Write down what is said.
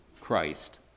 Christ